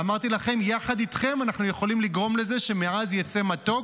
ואמרתי לכם: יחד איתכם אנחנו יכולים לגרום לזה שמעז יצא מתוק.